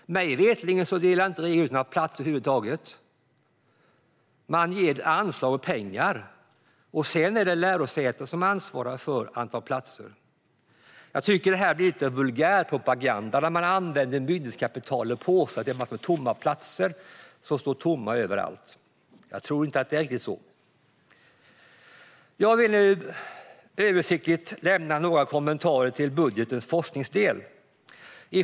Mig veterligen delar regeringen inte ut några platser över huvud taget. Den ger ett anslag i pengar, sedan är det lärosätena som ansvarar för antalet platser. Jag tycker att det blir vulgärpropaganda när man använder myndighetskapitalet i sina påståenden om att det finns en massa tomma platser överallt. Jag tror inte att det förhåller sig så. Jag vill översiktligt kommentera budgetens forskningsdel något.